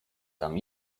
tam